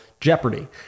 jeopardy